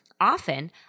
often